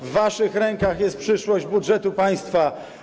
W waszych rękach jest przyszłość budżetu państwa.